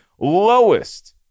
lowest